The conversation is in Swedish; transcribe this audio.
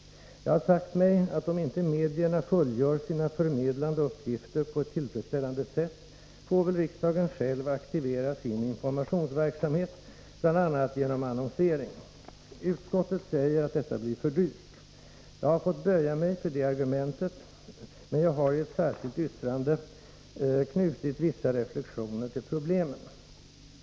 Jag har sagt mig att om inte medierna fullgör sina förmedlande uppgifter på ett tillfredsställande sätt får väl riksdagen själv aktivera sin informationsverksamhet, bl.a. genom annonsering. Utskottet säger att detta blir för dyrt. Jag har fått böja mig för det argumentet, men jag har i ett särskilt yttrande knutit vissa reflexioner till problemet.